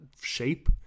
shape